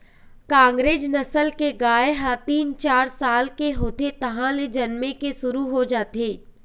कांकरेज नसल के गाय ह तीन, चार साल के होथे तहाँले जनमे के शुरू हो जाथे